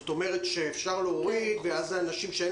זאת אומרת שאפשר להוריד ואז אנשים שאין